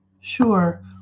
Sure